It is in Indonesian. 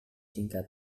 singkat